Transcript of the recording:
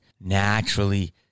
naturally